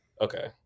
Okay